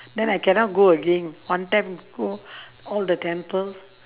then I cannot go again one time go all the temple